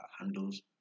handles